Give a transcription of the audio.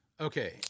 Okay